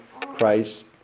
Christ